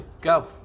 go